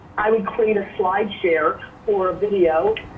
i would create a slideshare or a video